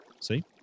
see